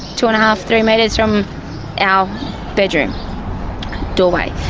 two-and-a-half, three metres from our bedroom doorway.